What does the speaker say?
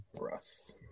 Russ